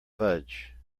fudge